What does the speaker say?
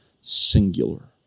singular